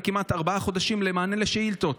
כמעט ארבעה חודשים למענה על שאילתות.